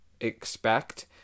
expect